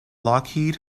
lockheed